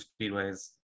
speedways